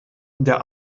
der